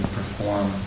perform